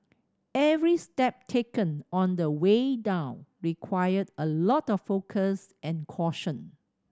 every step taken on the way down required a lot of focus and caution